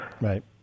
right